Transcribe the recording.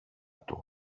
του